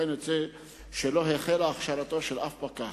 מכאן יוצא שלא החלה הכשרתו של אף פקח.